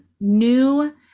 new